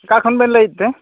ᱚᱠᱟ ᱠᱷᱚᱱ ᱵᱮᱱ ᱞᱟᱹᱭᱮᱫ ᱛᱮ